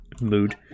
mood